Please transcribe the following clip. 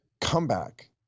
comeback